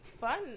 fun